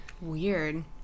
weird